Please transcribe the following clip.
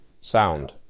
sound